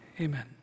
Amen